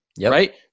right